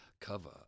cover